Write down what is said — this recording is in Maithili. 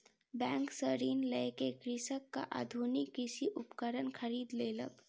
बैंक सॅ ऋण लय के कृषक आधुनिक कृषि उपकरण खरीद लेलक